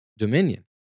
Dominion